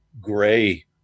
gray